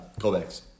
Kovacs